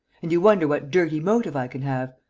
and you wonder what dirty motive i can have?